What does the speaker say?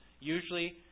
usually